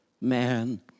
man